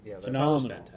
phenomenal